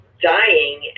dying